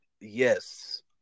Yes